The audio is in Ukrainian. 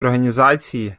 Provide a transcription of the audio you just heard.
організації